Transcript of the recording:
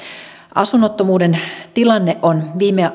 asunnottomuuden tilanne on